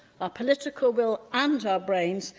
our political will, and our brains,